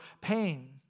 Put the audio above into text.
pain